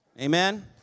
amen